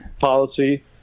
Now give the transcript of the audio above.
policy